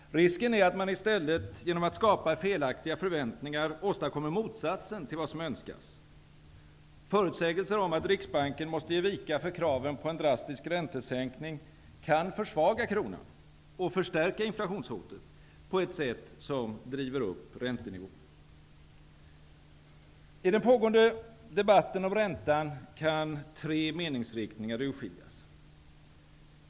Risken är att man i stället genom att skapa felaktiga förväntningar åstadkommer motsatsen till vad som önskas. Förutsägelser om att Riksbanken måste ge vika för kraven på en drastisk räntesänkning kan försvaga kronan och förstärka inflationshotet på ett sätt som driver upp räntenivån. I den pågående debatten om räntan kan tre meningsriktningar urskiljas.